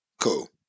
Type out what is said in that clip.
Cool